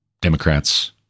Democrats